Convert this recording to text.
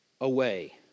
away